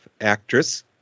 actress